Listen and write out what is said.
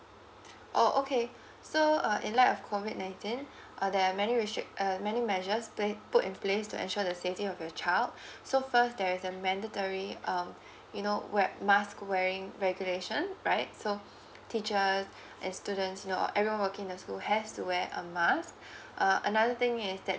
oh okay so uh in line of COVID nineteen uh there are many restrict~ uh many measures place put in place to ensure the safety of your child so first there's a mandatory um you know wear mask wearing regulation right so teachers and students you know uh everyone working in the school has to wear a mask uh another thing is that